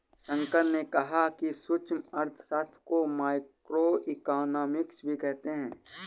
शंकर ने कहा कि सूक्ष्म अर्थशास्त्र को माइक्रोइकॉनॉमिक्स भी कहते हैं